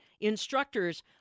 instructors